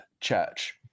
church